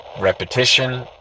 Repetition